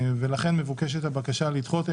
לכן הוגשה בקשה לדחות את מועד הגשת הדוחות.